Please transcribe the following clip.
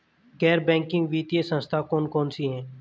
गैर बैंकिंग वित्तीय संस्था कौन कौन सी हैं?